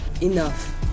enough